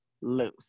loose